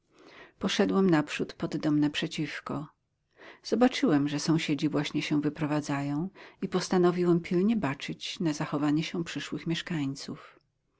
poszedłem naprzód pod dom naprzeciwko zobaczyłem że sąsiedzi właśnie się wyprowadzają i postanowiłem pilnie baczyć na zachowanie się przyszłych mieszkańców